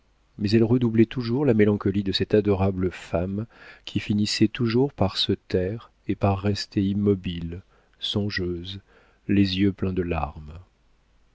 mais elles redoublaient toujours la mélancolie de cette adorable femme qui finissait toujours par se taire et par rester immobile songeuse les yeux pleins de larmes